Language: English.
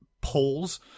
polls